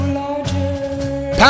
larger